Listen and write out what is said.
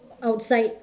outside